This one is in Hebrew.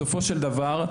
בסופו של דבר,